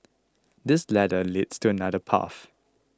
this ladder leads to another path